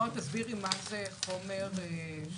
נעה, תסבירי מה זה חומר נפץ שמאושר.